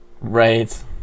Right